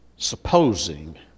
Supposing